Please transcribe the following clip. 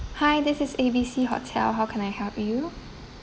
hi this is A B C hotel how can I help you